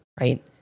right